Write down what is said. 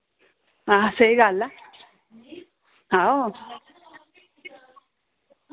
हां स्हेई गल्ल ऐ आओ